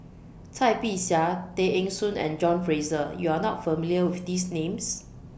Cai Bixia Tay Eng Soon and John Fraser YOU Are not familiar with These Names